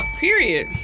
Period